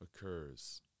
occurs